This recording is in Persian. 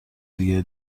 دیگه